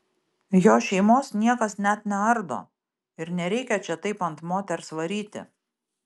jo šeimos niekas net neardo ir nereikia čia taip ant moters varyti